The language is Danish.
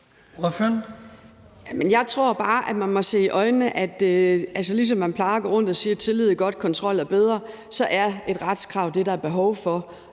(KF): Jeg tror bare, at man må se i øjnene, at ligesom man plejer at gå rundt og sige, at tillid er godt, men kontrol er bedre, så er et retskrav det, der er behov for.